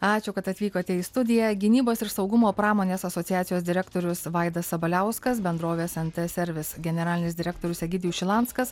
ačiū kad atvykote į studiją gynybos ir saugumo pramonės asociacijos direktorius vaidas sabaliauskas bendrovės nt servis generalinis direktorius egidijus šilanskas